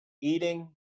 eating